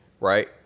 Right